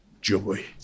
joy